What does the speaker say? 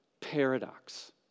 paradox